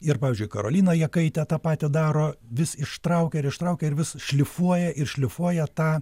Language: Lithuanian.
ir pavyzdžiui karolina jakaitė tą patį daro vis ištraukia ir ištraukia ir vis šlifuoja ir šlifuoja tą